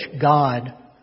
God